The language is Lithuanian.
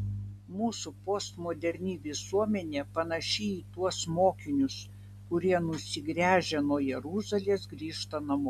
mūsų postmoderni visuomenė panaši į tuos mokinius kurie nusigręžę nuo jeruzalės grįžta namo